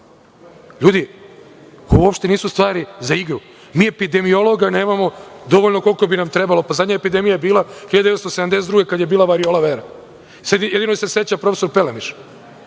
ovo uopšte nisu stvari za igru. Mi epidemiologa nemamo dovoljno koliko bi nam trebalo. Pa, zadnja epidemija je bila 1972. godine, kada je bila Variola vera. Jedino je se seća profesor Pelemiš